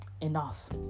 enough